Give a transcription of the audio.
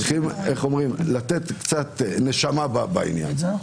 צריכים להכניס קצת נשמה בעניין הזה.